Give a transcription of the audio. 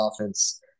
offense